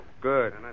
Good